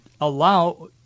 allow